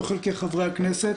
לא חלקי חברי הכנסת,